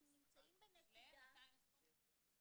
אנחנו מתקרבים בשבועות הקרובים למיצוי מלא